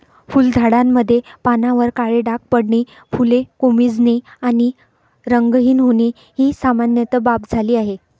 फुलझाडांमध्ये पानांवर काळे डाग पडणे, फुले कोमेजणे आणि रंगहीन होणे ही सामान्य बाब झाली आहे